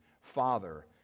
Father